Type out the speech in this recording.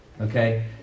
Okay